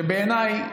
שבעיניי,